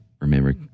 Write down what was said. remember